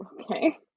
Okay